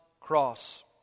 cross